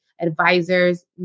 advisors